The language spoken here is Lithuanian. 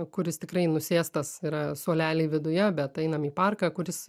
kuris tikrai nusėstas yra suoleliai viduje bet einam į parką kuris